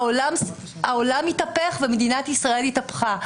העולם התהפך ומדינת ישראל התהפכה.